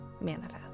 manifest